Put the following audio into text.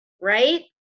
right